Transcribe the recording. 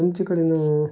तुमचे कडेन